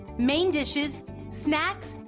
main dishes snacks,